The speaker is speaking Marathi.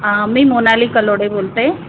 मी मोनाली कलोडे बोलते आहे